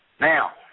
Now